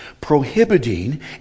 prohibiting